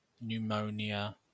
pneumonia